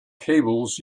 cables